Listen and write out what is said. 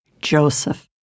Joseph